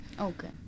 Okay